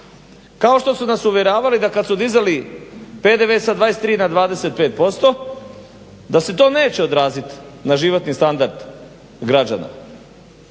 Kao što su nas uvjeravali da kad su dizali PDV sa 23 na 25% da se to neće odrazit na životni standard građana